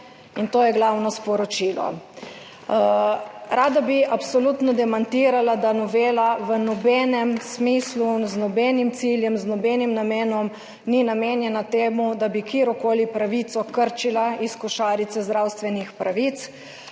in to je glavno sporočilo. Rada bi absolutno demantirala, da novela v nobenem smislu, z nobenim ciljem, z nobenim namenom ni namenjena temu, da bi krčila katerokoli pravico iz košarice zdravstvenih pravic.